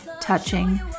touching